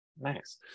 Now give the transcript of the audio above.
Nice